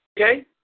okay